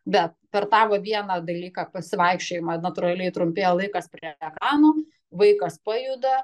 bet per tą va vieną dalyką pasivaikščiojimą natūraliai trumpėja laikas prie ekranų vaikas pajuda